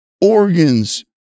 organs